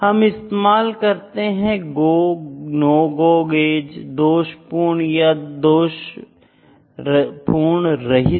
हम इस्तेमाल करते हैं गो नो गो गेज दोषपूर्ण या दोषपूर्ण रहित